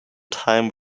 time